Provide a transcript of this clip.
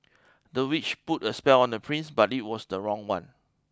the witch put a spell on the prince but it was the wrong one